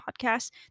podcasts